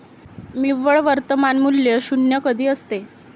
निव्वळ वर्तमान मूल्य शून्य कधी असते?